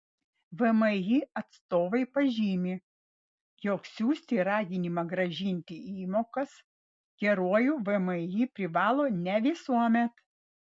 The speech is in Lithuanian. vmi atstovai pažymi jog siųsti raginimą grąžinti įmokas geruoju vmi privalo ne visuomet